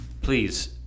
Please